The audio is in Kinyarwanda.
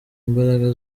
imbaraga